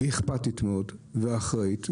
אכפתית מאוד ואחראית,